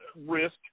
risk